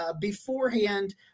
beforehand